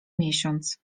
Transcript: miesiąc